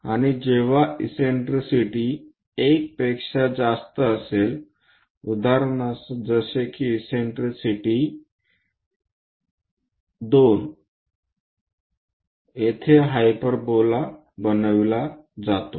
आणि जेव्हा इससेन्ट्रिसिटी 1 पेक्षा जास्त असेल उदाहरणार्थ जसे की 2 इससेन्ट्रिसिटी येथे हायपरबोला बनविला जातो